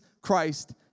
Christ